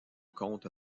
compte